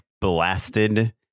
blasted